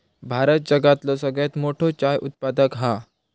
भारत जगातलो सगळ्यात मोठो चाय उत्पादक हा